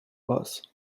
was